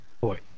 Boy